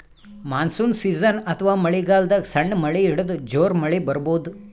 monsoon season ಅಥವಾ ಮಳಿಗಾಲದಾಗ್ ಸಣ್ಣ್ ಮಳಿ ಹಿಡದು ಜೋರ್ ಮಳಿ ಬರಬಹುದ್